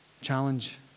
Challenge